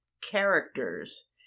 characters